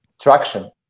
traction